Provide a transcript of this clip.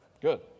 Good